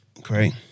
Great